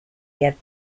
get